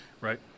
Right